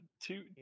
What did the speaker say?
two